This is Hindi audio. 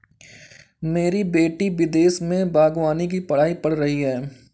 मेरी बेटी विदेश में बागवानी की पढ़ाई पढ़ रही है